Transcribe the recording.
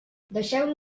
deixeu